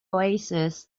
oasis